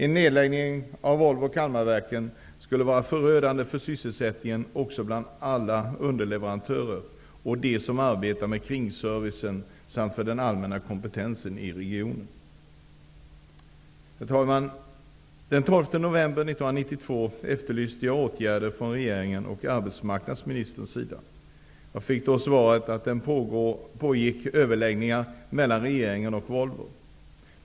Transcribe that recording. En nedläggning av Volvo Kalmarverken skulle vara förödande för sysselsättningen också bland alla underleverantörer och dem som arbetar med kringservicen samt för den allmänna kompetensen i regionen. Herr talman! Den 12 november 1992 efterlyste jag åtgärder från regeringens och arbetsmarknadsministerns sida. Jag fick då svaret att det pågick överläggningar mellan regeringen och Volvo.